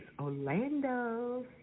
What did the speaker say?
Orlando